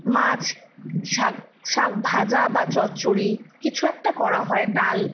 মাছ শাক শাক ভাজা বা চচ্চড়ি কিছু একটা করা হয় ডাল